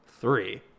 three